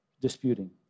disputing